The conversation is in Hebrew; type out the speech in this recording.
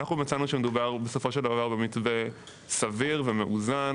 אנחנו מצאנו שמדובר בסופו של דבר במתווה סביר ומאוזן,